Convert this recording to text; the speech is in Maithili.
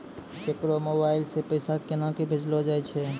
केकरो मोबाइल सऽ पैसा केनक भेजलो जाय छै?